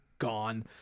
Gone